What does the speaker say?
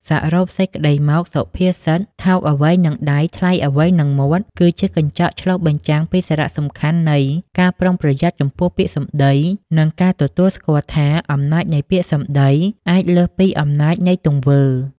សរុបសេចក្ដីមក សុភាសិត "ថោកអ្វីនឹងដៃ ថ្លៃអ្វីនឹងមាត់" គឺជាកញ្ចក់ឆ្លុះបញ្ចាំងពីសារៈសំខាន់នៃ ការប្រុងប្រយ័ត្នចំពោះពាក្យសម្ដី និងការទទួលស្គាល់ថា អំណាចនៃពាក្យសម្ដីអាចលើសពីអំណាចនៃទង្វើ។